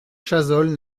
chazolles